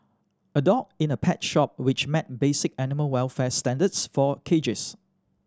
a dog in a pet shop which met basic animal welfare standards for cages